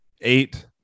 eight